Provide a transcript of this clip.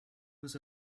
was